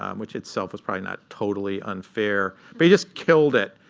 um which itself was probably not totally unfair. but he just killed it.